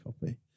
copy